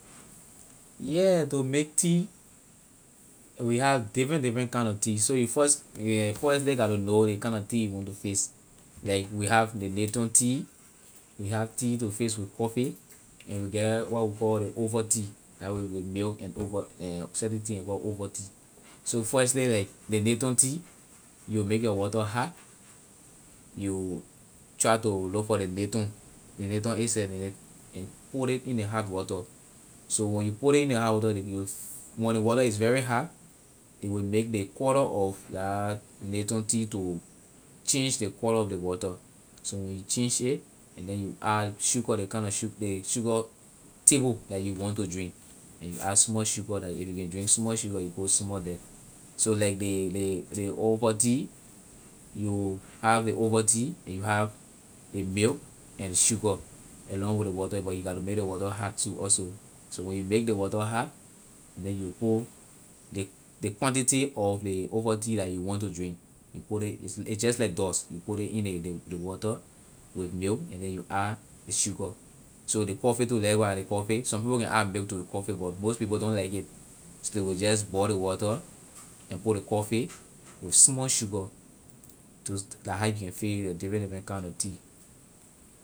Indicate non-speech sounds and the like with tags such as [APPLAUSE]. Yeah to make tea we have different different kind of tea so you first yeah firstly gatto know ley kind na tea you want to fix like we have ley lipton tea we have tea to fix with coffee and we get what we call ley oval tea that with the milk and oval and certain thing ley call oval tea so firstly like ley lipton tea you make the water hot you try to look for ley lipton ley lipton itself and put ley in the hot water so when you put it in the hot water so when you put ley in the hot water [UNINTELLIGIBLE] when ley water is very hot it will make ley color of la lipton tea to change ley color of ley water so when you change it and then you add sugar ley kind na sug- ley sugar table la you want to drink and you add small sugar the if you can drink small sugar you put small the so like ley ley ley oval tea you have ley oval tea you have ley milk and sugar along with ley water but you gatto make ley water hot too also so when you make ley water hot and then you will put ley quantity of ley oval tea you want to drink you put ley is just like dust you put ley in ley ley water with milk and then you add ley sugar so ley coffee too likewise ley coffee some people can add milk to ley coffee but most people don't like it so ley just boil ley water and put ley coffee with small sugar thos- la how you can fix your different different kind na tea.